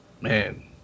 Man